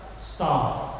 staff